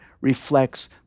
reflects